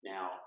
Now